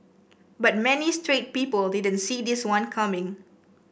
bet many straight people didn't see this one coming